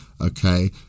Okay